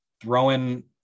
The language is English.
throwing